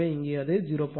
எனவே இங்கே அது 0